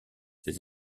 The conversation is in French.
ses